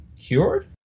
cured